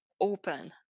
open